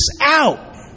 out